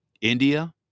India